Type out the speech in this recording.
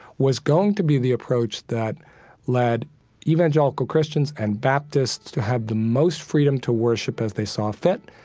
was going to be the approach that led evangelical christians and baptists to have the most freedom to worship as they saw fit,